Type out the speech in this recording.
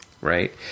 right